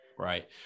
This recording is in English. Right